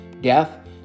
death